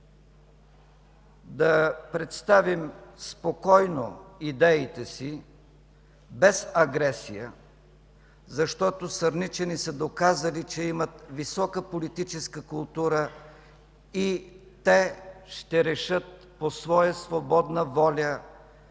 да представим спокойно идеите си, без агресия, защото сърничани са доказали, че имат висока политическа култура и ще решат по своя свободна воля